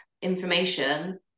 information